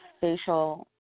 facial